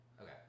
Okay